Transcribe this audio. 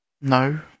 no